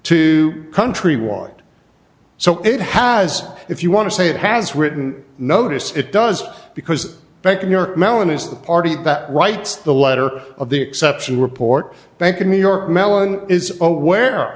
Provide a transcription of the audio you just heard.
to countrywide so it has if you want to say it has written notice it does because bank of new york mellon is the party that writes the letter of the exception report bank of new york mellon is where